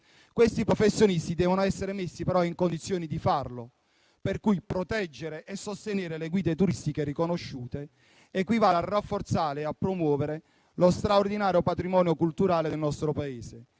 Questi professionisti devono essere messi però nelle condizioni di farlo, per cui proteggere e sostenere le guide turistiche riconosciute equivale a rafforzare e a promuovere lo straordinario patrimonio culturale del nostro Paese,